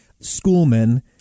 schoolmen